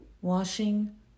Washing